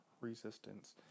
resistance